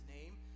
name